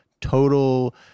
total